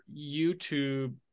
YouTube